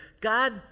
God